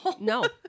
No